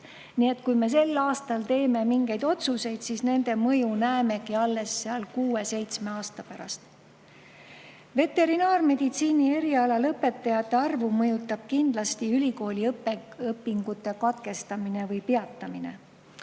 Nii et kui me sel aastal teeme mingeid otsuseid, siis nende mõju näemegi alles kuue-seitsme aasta pärast. Veterinaarmeditsiini eriala lõpetajate arvu mõjutab kindlasti ülikooliõpingute katkestamine või peatamine.